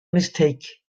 mistake